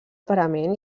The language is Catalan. parament